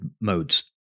modes